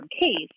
case